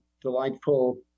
delightful